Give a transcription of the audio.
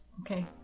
Okay